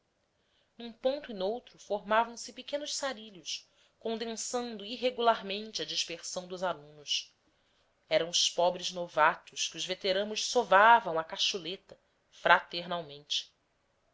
num ponto e noutro formavam se pequenos sarilhos condensando irregularmente a dispersão dos alunos eram os pobres novatos que os veteranos sovavam à cacholeta fraternalmente